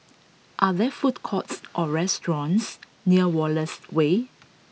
are there food courts or restaurants near Wallace Way